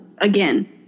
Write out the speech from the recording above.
again